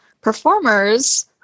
performers